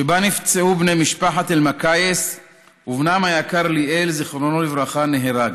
שבה נפצעו בני משפחת אלמקייס ובנם היקר ליאל זיכרונו לברכה נהרג,